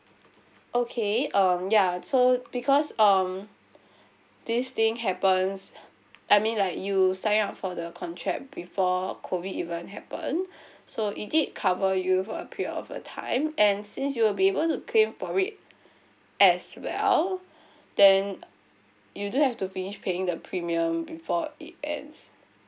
okay um ya so because um this thing happens I mean like you sign up for the contract before COVID even happen so it did cover you for a period of a time and since you'll be able to claim for it as well then you do have to finish paying the premium before it ends